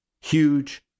huge